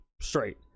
straight